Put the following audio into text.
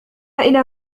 إلى